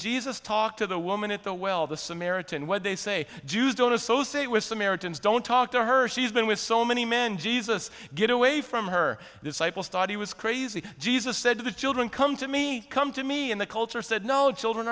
jesus talked to the woman at the well the samaritan where they say jews don't associate with samaritans don't talk to her she's been with so many men jesus get away from her disciple study was crazy jesus said to the children come to me come to me in the culture said no the children